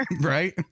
right